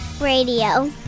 Radio